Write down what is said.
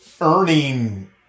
earning